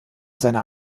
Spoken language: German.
seiner